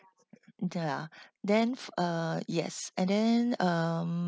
ya then uh yes and then um